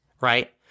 right